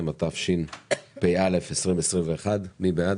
מי בעד?